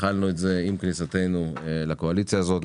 התחלנו את זה עם כניסתנו לקואליציה הזאת,